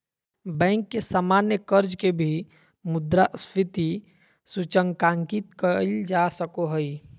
bank के सामान्य कर्ज के भी मुद्रास्फीति सूचकांकित कइल जा सको हइ